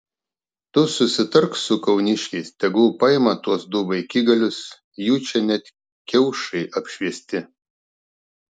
tu susitark su kauniškiais tegul paima tuos du vaikigalius jų čia net kiaušai apšviesti